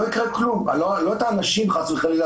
לא יקרה כלום לא את האנשים חס וחלילה,